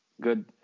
Good